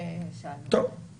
אני